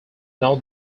not